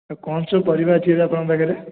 କ'ଣ ସବୁ ପରିବା ଅଛି ଏବେ ଆପଣଙ୍କ ପାଖରେ